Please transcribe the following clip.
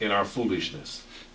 in our foolishness